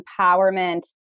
empowerment